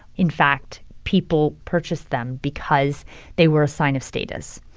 in fact people purchased them because they were a sign of status.